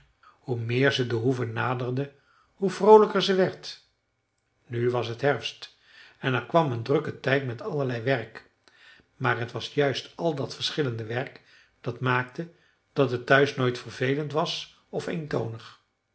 hoe meer ze de hoeve naderde hoe vroolijker ze werd nu was t herfst en er kwam een drukke tijd met allerlei werk maar t was juist al dat verschillende werk dat maakte dat het thuis nooit vervelend was of